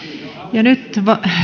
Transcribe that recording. ja nyt